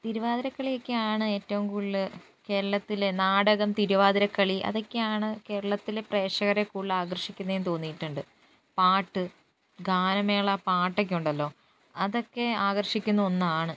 തിരുവാതിരക്കളി ഒക്കെയാണ് ഏറ്റവും കൂടുതൽ കേരളത്തിലെ നാടകം തിരുവാതിരക്കളി അതൊക്കെയാണ് കേരളത്തിലെ പ്രേക്ഷകരെ കൂടുതൽ ആകർഷിക്കുന്നതെന്ന് തോന്നിയിട്ടുണ്ട് പാട്ട് ഗാനമേള പാട്ടൊക്കെ ഉണ്ടല്ലോ അതൊക്കെ ആകർഷിക്കുന്ന ഒന്നാണ്